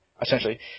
essentially